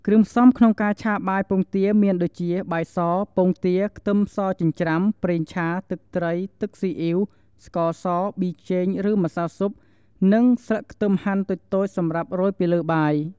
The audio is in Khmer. គ្រឿងផ្សំក្នុងការឆាបាយពងទាមានដូចជា បាយស ពងទា ខ្ទឹមសចិញ្ច្រាំ ប្រេងឆា ទឹកត្រី ទឹកស៊ីអ៊ីវ ស្ករស ប៊ីចេង ឬ ម្សៅស៊ុប និង ស្លឹកខ្ទឹមហាន់តូចៗសម្រាប់រោយពីលើបាយ។